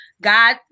God